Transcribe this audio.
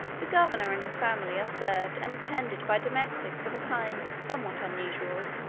the governor and his family are served and attended by domestics of a kind somewhat unusual.